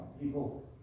people